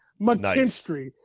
McKinstry